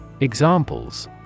Examples